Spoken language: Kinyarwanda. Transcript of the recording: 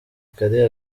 kare